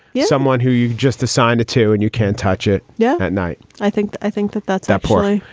he's someone who you just assign it to and you can't touch it. yeah. at night, i think that i think that that's that poor guy.